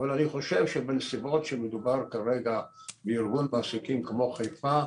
אני חושב שבנסיבות שמדובר כרגע בארגון מעסיקים כמו חיפה,